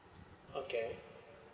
okay